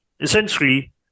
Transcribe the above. essentially